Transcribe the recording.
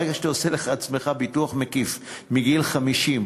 ברגע שאתה עושה לעצמך ביטוח מקיף מגיל 50,